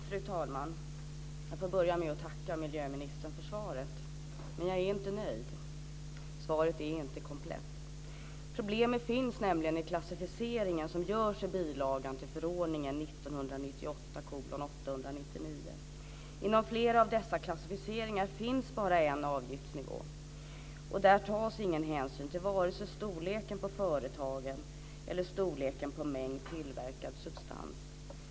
Fru talman! Jag får börja med att tacka miljöministern för svaret, men jag är inte nöjd. Svaret är inte komplett. Problemet finns nämligen i klassificeringen som görs i bilagan till förordningen 1998:899. Inom flera av dessa klassificeringar finns bara en avgiftsnivå, och där tas ingen hänsyn till vare sig storleken på företagen eller mängden tillverkad substans.